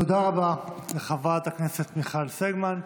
תודה רבה לחברת הכנסת מיכל סגמן.